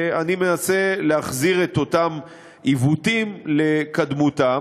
אני מנסה להחזיר את אותם עיוותים לקדמותם,